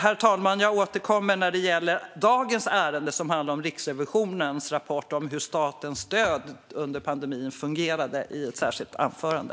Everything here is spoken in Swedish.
Jag återkommer i mitt huvudanförande när det gäller debattens ärende, som handlar om Riksrevisionens rapport om hur statens stöd under pandemin fungerade.